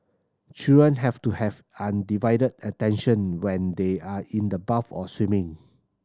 children have to have undivided attention when they are in the bath or swimming